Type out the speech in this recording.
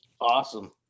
Awesome